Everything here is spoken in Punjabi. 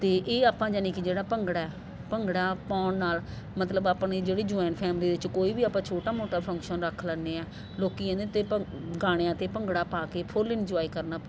ਅਤੇ ਇਹ ਆਪਾਂ ਯਾਨੀ ਕਿ ਜਿਹੜਾ ਭੰਗੜਾ ਹੈ ਭੰਗੜਾ ਪਾਉਣ ਨਾਲ ਮਤਲਬ ਆਪਣੀ ਜਿਹੜੀ ਜੁਇਨਟ ਫੈਮਲੀ ਦੇ ਵਿੱਚ ਕੋਈ ਵੀ ਆਪਾਂ ਛੋਟਾ ਮੋਟਾ ਫੰਕਸ਼ਨ ਰੱਖ ਲੈਂਦੇ ਹਾਂ ਲੋਕੀ ਇਹਦੇ 'ਤੇ ਭੰਗ ਗਾਣਿਆਂ 'ਤੇ ਭੰਗੜਾ ਪਾ ਕੇ ਫੁੱਲ ਇੰਜੋਏ ਕਰਨਾ